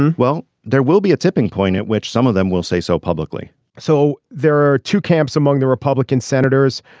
and well there will be a tipping point at which some of them will say so publicly so there are two camps among the republican senators.